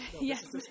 Yes